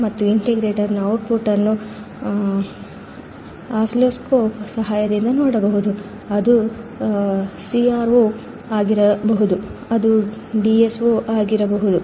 ಮತ್ತು ಇಂಟಿಗ್ರೇಟರ್ನ output ಅನ್ನು ಆಸಿಲ್ಲೋಸ್ಕೋಪ್ ಸಹಾಯದಿಂದ ನೋಡಬಹುದು ಅದು CRO ಆಗಿರಬಹುದು ಅದು DSO ಆಗಿರಬಹುದು